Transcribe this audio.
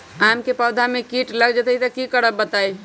आम क पौधा म कीट लग जई त की करब बताई?